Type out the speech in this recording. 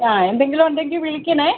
ആ എന്തെങ്കിലും ഉണ്ടെങ്കിൽ വിളിക്കണേ